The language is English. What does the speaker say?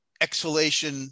exhalation